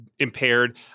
impaired